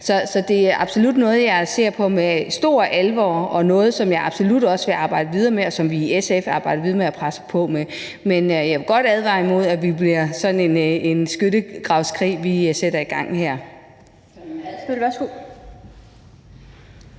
Så det er absolut noget, jeg ser på med stor alvor, og noget, som jeg absolut også vil arbejde videre med, og som vi i SF vil arbejde videre med at presse på med. Men jeg vil godt advare imod, at det bliver sådan en skyttegravskrig, vi sætter i gang her.